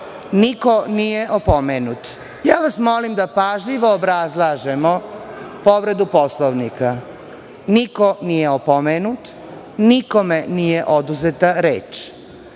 niko nije opomenut. Molim vas da pažljivo obrazlažemo povredu Poslovnika. Niko nije opomenut. Nikome nije oduzeta reč.